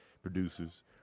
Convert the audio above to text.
Producers